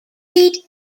lead